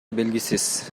белгисиз